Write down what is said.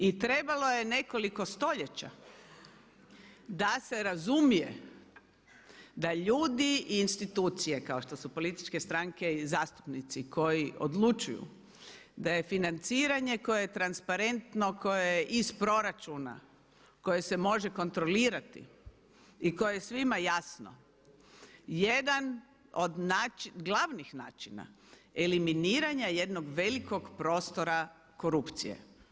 I trebalo je nekoliko stoljeća da se razumije da ljudi i institucije kao što su političke stranke i zastupnici koji odlučuju, da je financiranje koje je transparentno, koje je iz proračuna, koje se može kontrolirati i koje je svima jasno, jedan od glavnih načina eliminiranja jednog velikog prostora korupcije.